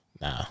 Nah